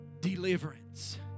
deliverance